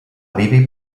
bibi